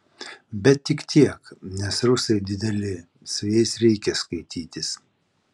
bet tik tiek nes rusai dideli su jais reikia skaitytis